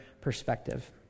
perspective